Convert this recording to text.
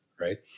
right